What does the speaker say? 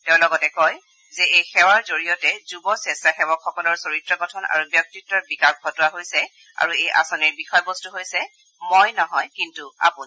তেওঁ লগতে কয় যে এই সেৱাৰ জৰিয়তে যুৱ স্বেষ্ছা সেৱকসকলৰ চৰিত্ৰ গঠন আৰু ব্যক্তিত্ব বিকাশ ঘটোৱা হৈছে আৰু এই আঁচনিৰ বিষয়বস্তু হৈছে মই নহয় কিন্তু আপুনি